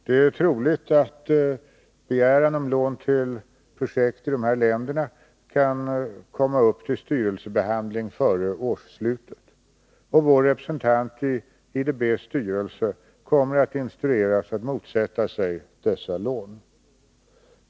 Det är troligt att begäran om lån till projekt i dessa länder kan komma upp till styrelsebehandling före årets slut, och vår representant i IDB:s styrelse kommer att instrueras att motsätta sig dessa lån.